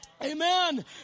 Amen